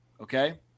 Okay